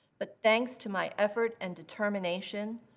but thanks to my effort and determination,